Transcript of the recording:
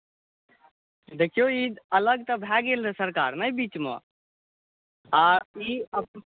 देखियौ ई अलग तऽ भय गेल रहै सरकार बीचमे आ ई अखनो